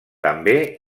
també